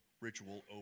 ritual